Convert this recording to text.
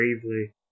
bravely